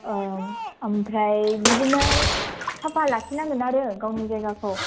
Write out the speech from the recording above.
ओमफ्राय बिदिनो साफा लाखिनांगोन आरो गावनि जायगाखौ